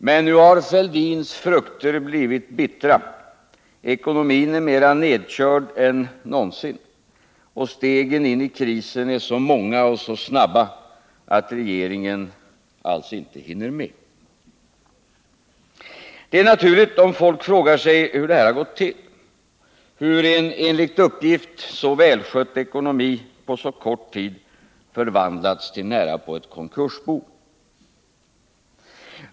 Men nu har Thorbjörn Fälldins frukter blivit bittra, ekonomin är mera nedkörd än någonsin och stegen in i krisen är så många och snabba att regeringen alls inte hinner med. Det är naturligt om folket frågar sig hur detta gått till, hur en enligt uppgift så välskött ekonomi på så kort tid förvandlats till närapå ett konkursbo.